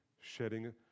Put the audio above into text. shedding